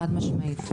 חד משמעית.